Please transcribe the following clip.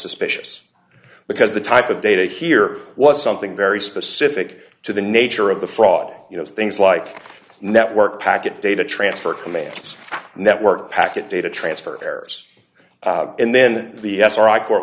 suspicious because the type of data here was something very specific to the nature of the fraud you know things like network packet data transfer commands network packet data transfer errors and then the sri court